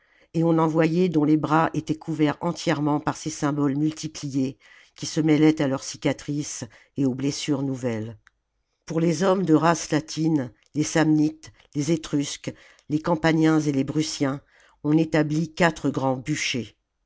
et on en voyait dont les bras étaient couverts entièrement par ces symboles multiphés qui se mêlaient à leurs cicatrices et aux blessures nouvelles pour les hommes de race latine les samnites les etrusques les campaniens et les brutiens on établit quatre grands bûchers